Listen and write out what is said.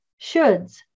shoulds